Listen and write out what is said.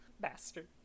Bastard